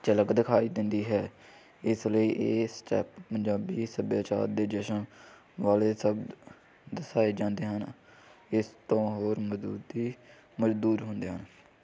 ਝਲਕ ਦਿਖਾਈ ਦਿੰਦੀ ਹੈ ਇਸ ਲਈ ਇਹ ਸਟੈਪ ਪੰਜਾਬੀ ਸੱਭਿਆਚਾਰ ਦੇ ਜਸ਼ਨ ਵਾਲੇ ਸਭ ਦਰਸਾਏ ਜਾਂਦੇ ਹਨ ਇਸ ਤੋਂ ਹੋਰ ਮਜਦੂਰੀ ਮਜ਼ਦੂਰ ਹੁੰਦੇ ਹਨ